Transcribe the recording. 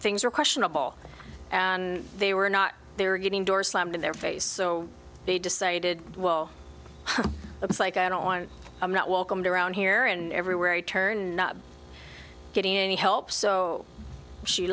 things are questionable and they were not they were getting doors slammed in their face so they decided well it's like i don't want i'm not welcomed around here and everywhere i turn not getting any help so she